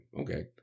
Okay